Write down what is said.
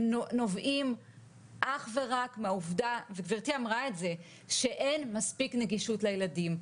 נובעים אך ורק מהעובדה שאין מספיק נגישות לילדים,